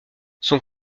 son